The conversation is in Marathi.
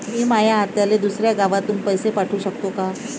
मी माया आत्याले दुसऱ्या गावातून पैसे पाठू शकतो का?